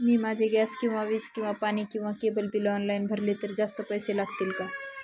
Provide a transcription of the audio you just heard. मी माझे गॅस किंवा वीज किंवा पाणी किंवा केबल बिल ऑनलाईन भरले तर जास्त पैसे लागतील का?